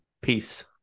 Peace